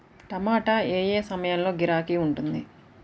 టమాటా ఏ ఏ సమయంలో గిరాకీ ఉంటుంది?